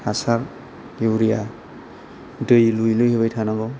हासार इउरिया दै लुयै लुयै होबाय थानांगौ